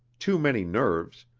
too many nerves,